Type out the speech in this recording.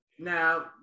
Now